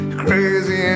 crazy